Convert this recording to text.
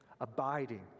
Abiding